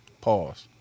pause